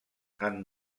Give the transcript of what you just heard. amb